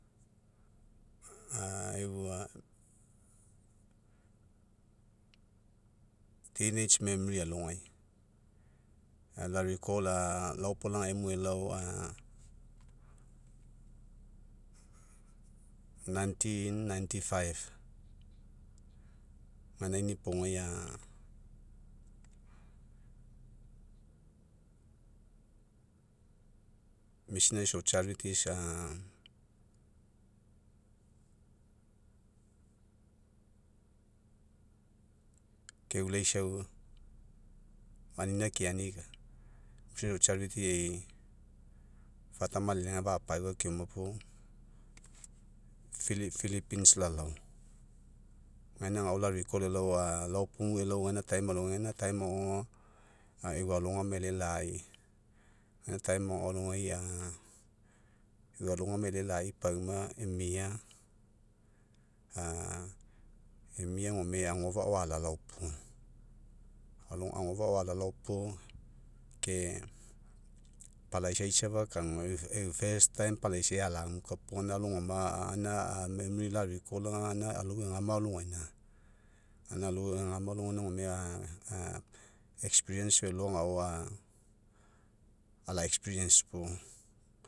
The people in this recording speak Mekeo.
teenage memory alogai, ala recall laopolaga emue elao nineteen ninety five. Gaina inipogai aga missionaries of charities a keulaisau anina keani missionaries of charities e'i father malelega fapaua keoma puo philippines lalao. Gaina agao la recall a elao pugu elao gaina time alogai gaina time agao aga, e'u alogama e'ele lai, gaina time alogai aga e'u alogama e'ele lai pauma emeia emia gome agofa'a ao alalao pugu. Agofa'a ao alalao puo ke palaisai safa lau e'u first time palaisai alaguka puo gaina alogama memory gaina memory la recall aga gaina alou egama alogaina, gaina alou egama alogaina gome experience felo agao ala experience puo